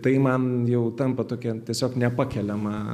tai man jau tampa tokia tiesiog nepakeliama